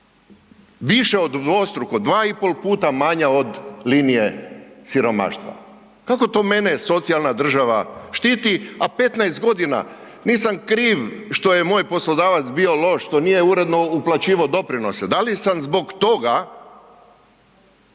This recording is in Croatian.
više od dvostruko, dva i pol puta manja od linije siromaštva? Kako to mene socijalna država štiti, a 15.g., nisam kriv što je moj poslodavac bio loš, što nije uredno uplaćivao doprinose, da li sam zbog toga